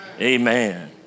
Amen